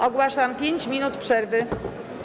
Ogłaszam 5 minut przerwy.